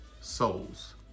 Souls